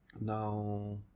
Now